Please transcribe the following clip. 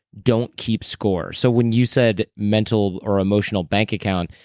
don't keep score. so when you said mental or emotional bank account,